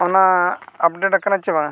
ᱚᱱᱟ ᱟᱠᱟᱱᱟ ᱪᱮ ᱵᱟᱝ